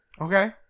Okay